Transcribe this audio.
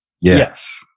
Yes